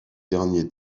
dernier